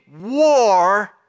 war